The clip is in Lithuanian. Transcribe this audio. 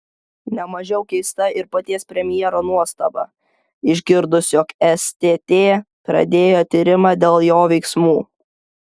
ne mažiau keista ir paties premjero nuostaba išgirdus jog stt pradėjo tyrimą dėl jo veiksmų